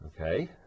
okay